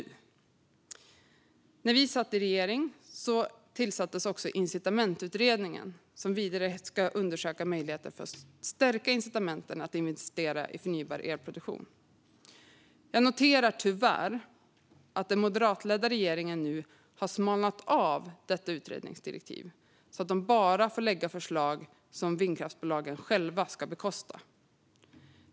När Miljöpartiet satt i regering tillsattes Incitamentsutredningen, som ska undersöka möjligheterna att stärka incitamenten att investera i förnybar elproduktion. Jag noterar tyvärr att den moderatledda regeringen har smalnat av detta utredningsdirektiv. Man får nu bara lägga förslag som vindkraftsbolagen själva ska bekosta.